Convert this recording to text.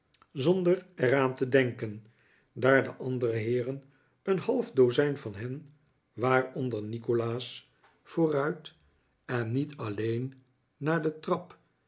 zonder er aan te denken daar de andere heeren een half dozijn van hen waaronder nikolaas vooruit en niet alleen naar de trap